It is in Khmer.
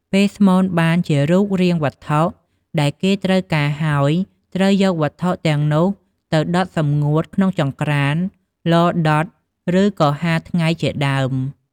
ពេលស្មូនបានជារូបរាងវត្ថុដែលគេត្រូវការហើយគេត្រូវយកវត្ថុទាំងនោះទៅដុតសម្ងួតក្នុងចង្ក្រាន ឡរដុត ឬក៏ហាលថ្ងៃជាដើម។